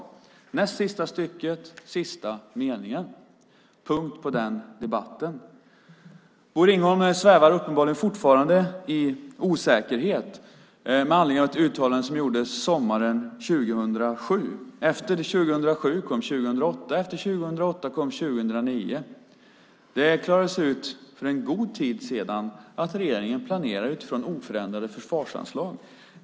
Det står i näst sista stycket, sista meningen. Punkt på den debatten. Bosse Ringholm svävar uppenbarligen fortfarande i osäkerhet med anledning av ett uttalande som gjordes sommaren 2007. Efter 2007 kom 2008, och efter 2008 kom 2009. Det klarades ut för en god tid sedan att regeringen planerar utifrån oförändrade försvarsanslag.